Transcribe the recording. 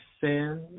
sin